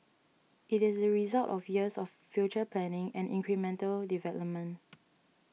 it is the result of years of future planning and incremental development